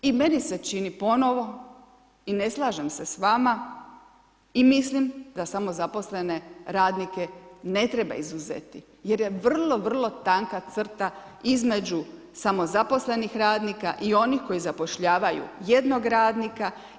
I meni se čini ponovo i ne slažem se s vama i mislim da samozaposlene radnike ne treba izuzeti jer je vrlo, vrlo tanka crta između samozaposlenih radnika i onih koji zapošljavaju jednog radnika.